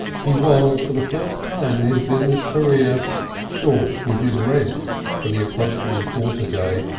he was for the first time in his business career short with his rent for the approaching quarter day,